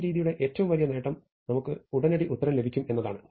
ഈ രീതിയുടെ ഏറ്റവും വലിയ നേട്ടം നമുക്ക് ഉടനടി ഉത്തരം ലഭിക്കും എന്നതാണ്